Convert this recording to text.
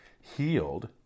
healed